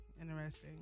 interesting